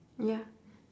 ya